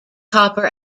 copper